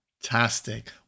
Fantastic